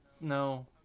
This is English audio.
no